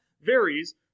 varies